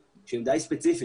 מי מהמשרד רוצה להתייחס לזה?